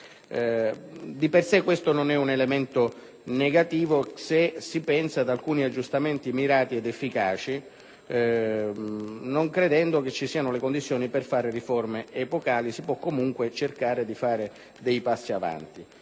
di per sé un elemento negativo se si pensa ad alcuni aggiustamenti mirati ed efficaci: non credendo che ci siano le condizioni per fare riforme epocali, si può comunque cercare di fare dei passi avanti.